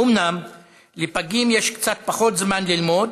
אומנם לפגים יש קצת פחות זמן ללמוד,